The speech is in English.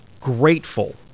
grateful